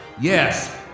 yes